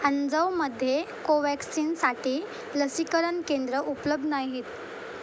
अंजावमध्ये कोवॅक्सिनसाठी लसीकरण केंद्र उपलब्ध नाहीत